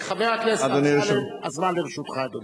חבר הכנסת אמסלם, הזמן לרשותך, אדוני.